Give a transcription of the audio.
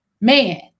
man